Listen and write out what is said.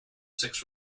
six